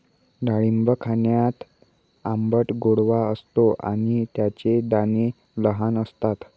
डाळिंब खाण्यात आंबट गोडवा असतो आणि त्याचे दाणे लहान असतात